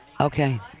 Okay